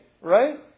right